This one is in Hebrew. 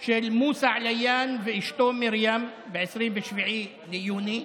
של מוסא עליאן ואישתו מרים ב-27 ביוני,